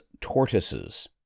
tortoises